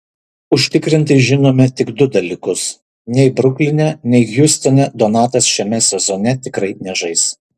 užtikrintai žinome tik du dalykus nei brukline nei hjustone donatas šiame sezone tikrai nežais